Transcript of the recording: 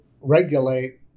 regulate